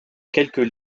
quelques